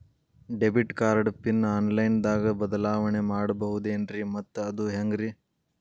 Debit card PIN online ದಾಗ ಬದಲಾವಣೆ ಮಾಡಬಹುದೇನ್ರಿ ಮತ್ತು ಅದು ಹೆಂಗ್ರಿ?